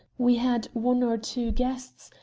we had one or two guests,